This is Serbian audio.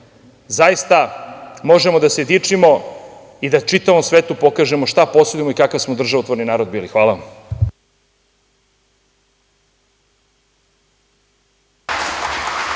zaista možemo da se dičimo i da čitavom svetu pokažemo šta posedujemo i kakav smo državotvorni narod bili. Hvala